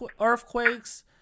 earthquakes